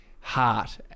heart